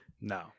No